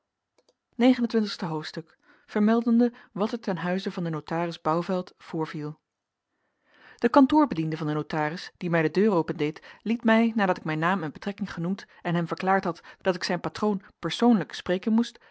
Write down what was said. negen en twintigste hoofdstuk vermeldende wat er ten huize van den notaris bouvelt voorviel de kantoorbediende van den notaris die mij de deur opendeed liet mij nadat ik mijn naam en betrekking genoemd en hem verklaard had dat ik zijn patroon persoonlijk spreken moest